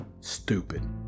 Stupid